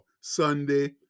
Sunday